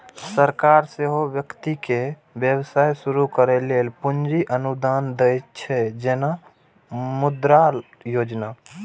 सरकार सेहो व्यक्ति कें व्यवसाय शुरू करै लेल पूंजी अनुदान दै छै, जेना मुद्रा योजना